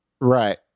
Right